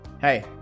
Hey